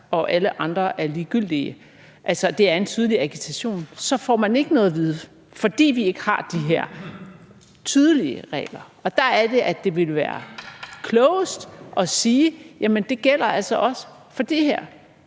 at alle andre er ligegyldige – og det er en tydelig agitation – så får man ikke noget at vide, fordi vi ikke har de her tydelige regler. Og der er det, at det ville være klogest at sige, at det altså også gælder for det her.